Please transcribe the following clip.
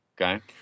Okay